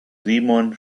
simon